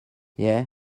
yeah